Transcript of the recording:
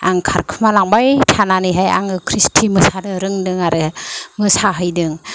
आं खारखुमा लांबाय थानानैहाय आङो क्रिसटि मोसानो रोंदों आरो मोसाहैदों